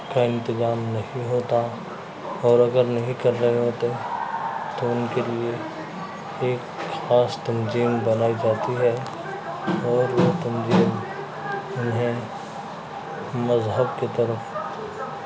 کا انتظام نہیں ہوتا اور اگر نہیں کر رہے ہوتے تو ان کے لیے ایک خاص تنظیم بنائی جاتی ہے اور وہ تنظیم انہیں مذہب کی طرف